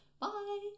bye